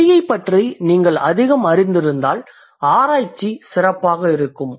மொழியைப் பற்றி நீங்கள் அதிகம் அறிந்திருந்தால் ஆராய்ச்சி சிறப்பாக இருக்கும்